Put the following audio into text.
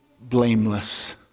blameless